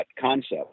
concept